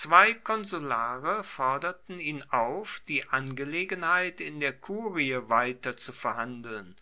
zwei konsulare forderten ihn auf die angelegenheit in der kurie weiterzuverhandeln